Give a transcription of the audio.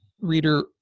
reader